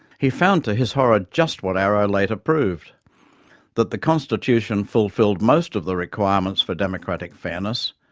he found to his horror just what arrow later proved that the constitution fulfilled most of the requirements for democratic fairness,